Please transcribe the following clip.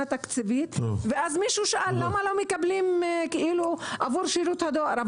תקציבית ומישהו שאל למה לא מקבלים עבור שירות הדואר,